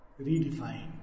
redefine